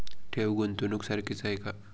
ठेव, गुंतवणूक सारखीच आहे का?